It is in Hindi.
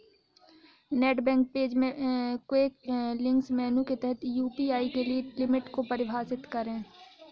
नेट बैंक पेज में क्विक लिंक्स मेनू के तहत यू.पी.आई के लिए लिमिट को परिभाषित करें